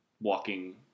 walking